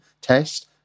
test